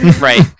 right